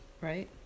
Right